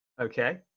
Okay